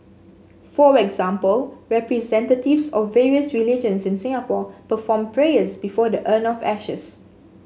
for example representatives of various religions in Singapore performed prayers before the urn of ashes